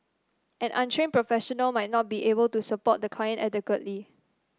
an untrained professional might not be able to support the client adequately